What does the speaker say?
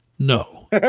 No